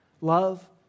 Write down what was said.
love